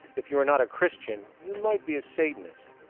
if you are not christian, you might be a satanist.